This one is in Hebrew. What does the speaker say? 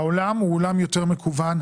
העולם הוא עולם יותר מקוון,